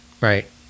right